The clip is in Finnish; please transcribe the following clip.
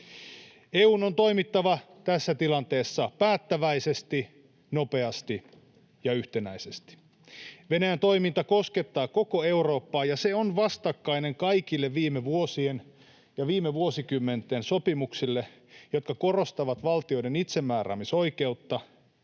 EU:n on toimittava tässä tilanteessa päättäväisesti, nopeasti ja yhtenäisesti. Venäjän toiminta koskettaa koko Eurooppaa, ja se on vastakkainen kaikille viime vuosien ja viime vuosikymmenten sopimuksille, jotka korostavat valtioiden itsemääräämisoikeutta